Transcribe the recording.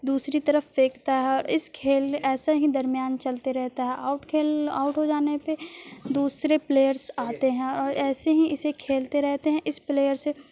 دوسری طرف پھینکتا ہے اور اس کھیل ایسا ہی درمیان چلتے رہتا ہے آؤٹ کھیل آؤٹ ہو جانے پہ دوسرے پلیئرس آتے ہیں اور ایسے ہی اسے کھیلتے رہتے ہیں اس پلیئر سے